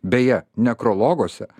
beje nekrologuose